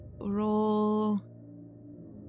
roll